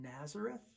nazareth